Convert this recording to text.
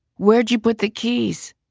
where'd you put the keys?